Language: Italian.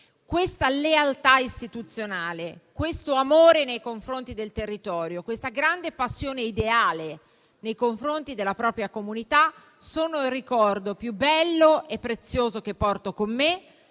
Questa lealtà istituzionale, questo amore nei confronti del territorio, questa grande passione ideale nei confronti della propria comunità sono il ricordo più bello e prezioso che porto con me: